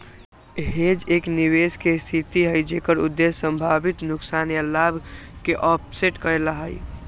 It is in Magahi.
हेज एक निवेश के स्थिति हई जेकर उद्देश्य संभावित नुकसान या लाभ के ऑफसेट करे ला हई